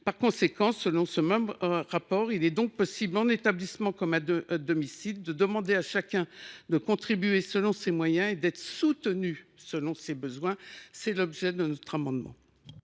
aisés. » Selon ce même rapport, « il est donc possible, en établissement comme à domicile, de demander à chacun de contribuer selon ses moyens et d’être soutenu selon ses besoins ». Tel est l’objet de notre amendement.